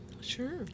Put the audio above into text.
Sure